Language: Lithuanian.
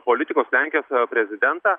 politikus lenkijos prezidentą